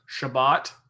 Shabbat